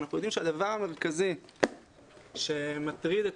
אנחנו יודעים שהדבר המרכזי שמטריד את